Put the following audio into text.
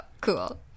cool